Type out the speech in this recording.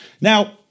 Now